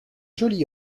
joli